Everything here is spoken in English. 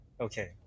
okay